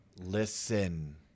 listen